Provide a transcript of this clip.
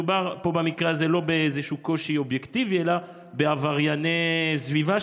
מדובר במקרה הזה לא באיזשהו קושי אובייקטיבי אלא בעברייני סביבה,